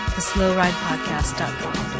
TheSlowRidePodcast.com